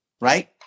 right